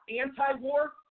anti-war